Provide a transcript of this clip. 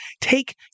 take